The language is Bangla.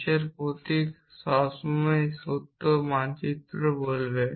নীচের প্রতীক সবসময় সত্য মানচিত্র বলবে